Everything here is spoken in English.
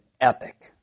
epic